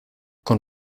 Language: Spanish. con